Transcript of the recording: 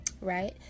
right